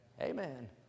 Amen